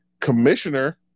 commissioner